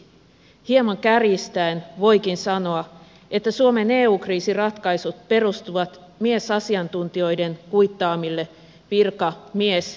hieman kärjistäen voikin sanoa että suomen eu kriisiratkaisut perustuvat miesasiantuntijoiden kuittaamille virkamiesnimityksille